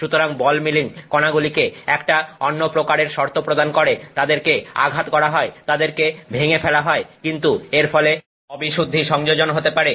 সুতরাং ball milling কনাগুলিকে একটা অন্য প্রকারের শর্ত প্রদান করে তাদেরকে আঘাত করা হয় তাদেরকে ভেঙে ফেলা হয় কিন্তু এর ফলে অবিশুদ্ধি সংযোজন হতে পারে